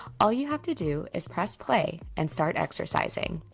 all you have to do is press play and start exercising